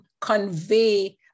convey